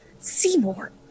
Seymour